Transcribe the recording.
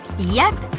yep,